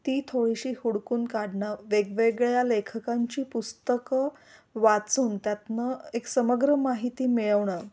ती थोडीशी हुडकून काढणं वेगवेगळ्या लेखकांची पुस्तकं वाचून त्यातनं एक समग्र माहिती मिळवणं